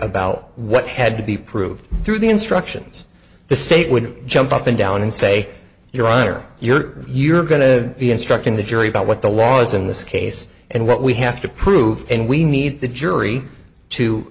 about what had to be proved through the instructions the state would jump up and down and say your honor you're you're going to be instructing the jury about what the laws in this case and what we have to prove and we need the jury to